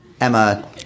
Emma